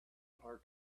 are